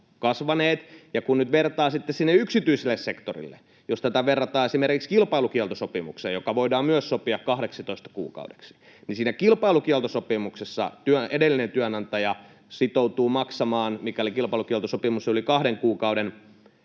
kasvaneet, ja kun nyt vertaa yksityiseen sektoriin, jos tätä verrataan esimerkiksi kilpailukieltosopimukseen, joka voidaan myös sopia 12 kuukaudeksi, niin siinä kilpailukieltosopimuksessa edellinen työnantaja sitoutuu maksamaan, mikäli kilpailukieltosopimus on yli kahden kuukauden